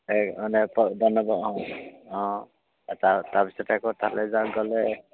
এই মানে প বনাব অঁ অঁ তা তাৰপাছতে আকৌ তালৈ যা গ'লে